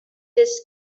this